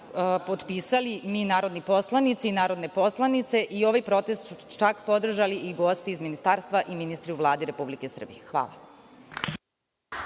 potpisali mi narodni poslanici i narodne poslanice i ovaj protest su čak podržali i gosti iz Ministarstva i ministri u Vladi Republike Srbije. Hvala.